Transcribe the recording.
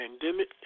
Pandemic